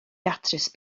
datrys